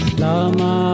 lama